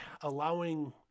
allowing